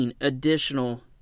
additional